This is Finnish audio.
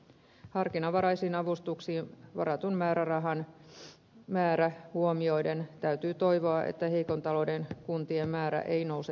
harkinnanvaraisiin avustuksiin varatun määrärahan määrä huomioiden täytyy toivoa että heikon talouden kuntien määrä ei nouse nopeasti